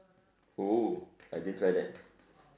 oh I didn't try that